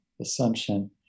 assumption